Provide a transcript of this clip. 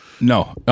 No